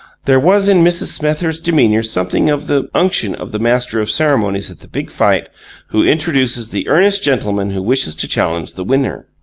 there was in mrs. smethurst's demeanour something of the unction of the master-of-ceremonies at the big fight who introduces the earnest gentleman who wishes to challenge the winner.